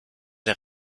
der